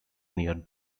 near